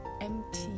empty